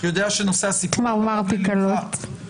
אנחנו חושבים שכן צריך להעביר אותו במתכונתו הנוכחית.